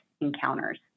encounters